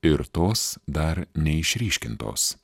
ir tos dar neišryškintos